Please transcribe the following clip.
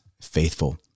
faithful